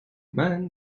men